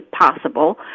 possible